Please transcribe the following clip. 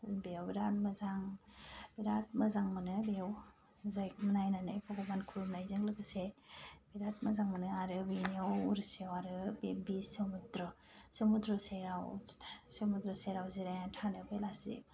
बेयाव बिरात मोजां बिरात मोजां मोनो बेयाव जायगाखौ नायनानै भगबान खुलुमनायजों लोगोसे बिरात मोजां मोनो आरो बेयाव उड़ीसायाव आरो बे बि समुद्र समुद्र सायाव समुद्र सायाव जिरायनानै थानो बेलासि